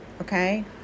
Okay